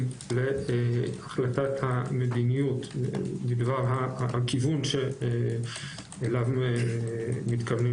להחלטת המדיניות בדבר הכיוון שאליו מתכוונים